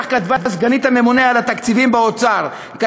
כך כתבה סגנית הממונה על התקציבים באוצר: